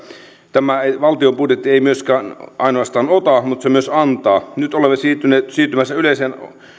tämä valtion budjetti ei ainoastaan ota vaan se myös antaa nyt olemme siirtymässä yleiseen